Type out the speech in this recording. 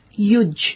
yuj